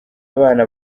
abana